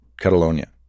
Catalonia